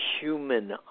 human